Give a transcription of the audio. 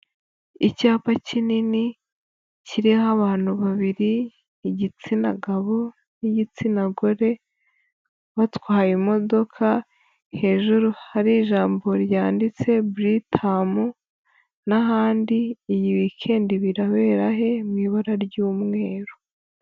Icyapa kinini kiriho abantu babiri, igitsina gabo n'igitsina gore batwaye imodoka, hejuru hari ijambo ryanditse buritamu n'ahandi, iyi wikendi birabera he, mu ibara ry'umweru.